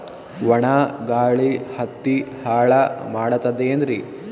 ಒಣಾ ಗಾಳಿ ಹತ್ತಿ ಹಾಳ ಮಾಡತದೇನ್ರಿ?